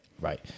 right